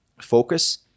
focus